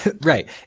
right